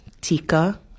Tika